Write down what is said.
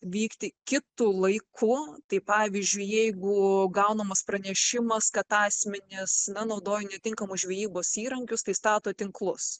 vykti kitu laiku tai pavyzdžiui jeigu gaunamas pranešimas kad asmenys na naudoja netinkamus žvejybos įrankius tai stato tinklus